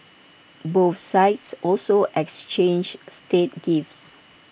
both sides also exchanged state gifts